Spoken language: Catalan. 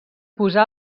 posà